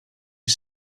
you